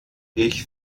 ich